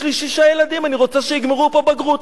יש לי שישה ילדים, אני רוצה שיגמרו פה בגרות.